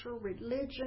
religion